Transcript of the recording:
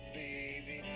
baby